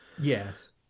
Yes